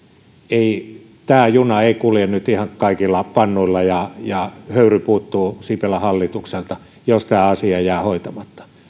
ei tämä juna ei kulje nyt ihan kaikilla pannuilla ja ja höyry puuttuu sipilän hallitukselta jos tämä asiaa jää hoitamatta